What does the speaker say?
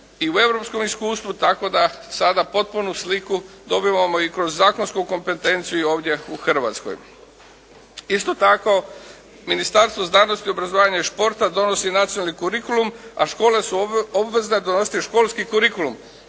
i u europskom iskustvu tako da sada potpunu sliku dobivamo i kroz zakonsku kompetenciju i ovdje u Hrvatskoj. Isto tako Ministarstvo znanosti, obrazovanja i športa donosi nacionalni «curriculum» a škole su obvezne donositi školski «curriculum».